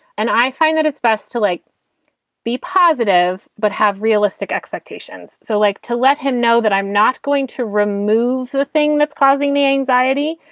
and i find that it's best to like be positive but have realistic expectations. so like to let him know that i'm not going to remove the thing that's causing the anxiety,